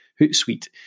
Hootsuite